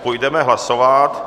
Půjdeme hlasovat.